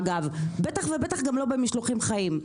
בטח ובטח לא במשלוחים חיים.